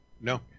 No